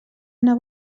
una